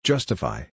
Justify